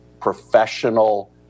professional